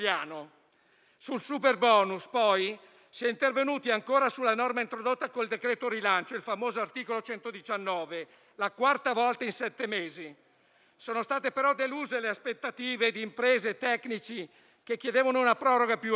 Sul superbonus, poi, si è intervenuti ancora con la norma introdotta con il decreto rilancio, con il famoso articolo 119: la quarta volta in sette mesi. Sono state, però, deluse le aspettative di imprese e tecnici che chiedevano una proroga più ampia.